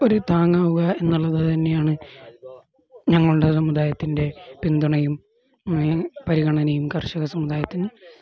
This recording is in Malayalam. ഒരു താങ്ങാവുക എന്നുള്ളത് തന്നെയാണ് ഞങ്ങളുടെ സമുദായത്തിൻ്റെ പിന്തുണയും പരിഗണനയും കർഷക സമുദായത്തിന്